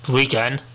weekend